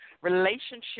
Relationship